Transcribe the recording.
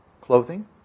clothing